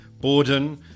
Borden